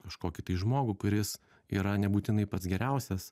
kažkokį tai žmogų kuris yra nebūtinai pats geriausias